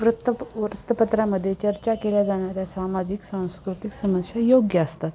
वृत्तप वृत्तपत्रामध्ये चर्चा केल्या जाणाऱ्या सामाजिक सांस्कृतिक समस्या योग्य असतात